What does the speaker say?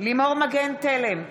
לימור מגן תלם,